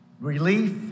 Relief